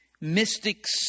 mystics